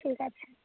ঠিক আছে